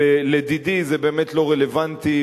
לדידי, זה באמת לא רלוונטי.